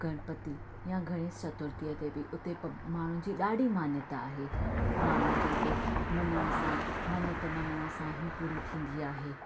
गणपति या गणेश चतुर्थीअ ते बि उते माण्हुनि जी ॾाढी मान्यता आहे माण्हुनि जे हिते मञण सां मन्नत मञण सां ही पूरी थींदी आहे